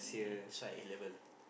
that's why I A-level